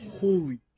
Holy